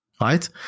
right